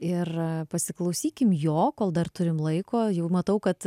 ir pasiklausykim jo kol dar turim laiko jau matau kad